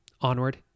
onward